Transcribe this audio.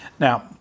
Now